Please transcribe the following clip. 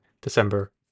December